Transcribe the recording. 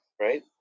right